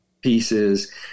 pieces